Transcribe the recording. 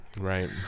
Right